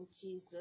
Jesus